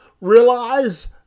realize